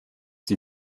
die